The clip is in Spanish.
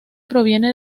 proviene